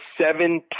seven